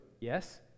yes